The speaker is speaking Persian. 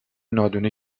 نادونی